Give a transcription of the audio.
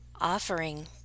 offering